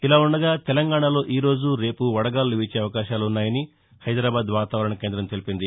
ఇలా వుండగా తెలంగాణలో ఈ రోజు రేపు వడగాలులు వీచే అవకాశాలున్నాయని హైదరాబాద్ వాతావరణ కేందం తెలిపింది